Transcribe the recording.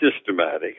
systematic